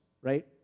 right